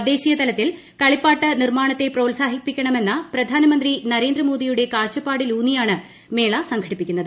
തദ്ദേശീയ തലത്തിൽ കളിപ്പാട്ട നിർമാണത്തെ പ്രോത്സാഹിപ്പിക്കണ മെന്ന പ്രധാനമന്ത്രി നരേന്ദ്രമോദിയുടെ കാഴ്ചപ്പാടിലുന്നിയാണ് മേള സംഘടിപ്പിക്കുന്നത്